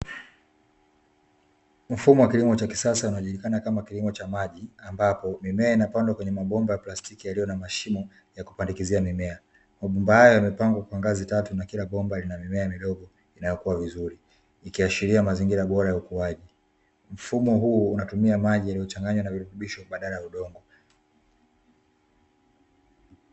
Mfumo wa kilimo cha kisasa unaojulikana kama kilimo cha maji ambapo mimea inapandwa kwenye mabomba ya plastiki yaliyo na mashimo ya kupandikizia mimea, mabomba hayo yamepangwa kwa ngazi tatu na kila bomba lina mimea midogo inayokua vizuri. Ikiashiria mazingira bora ya ukuaji, mfumo huu unatumia maji yaliyochanganywa na virutubisho badala ya udongo.